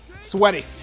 Sweaty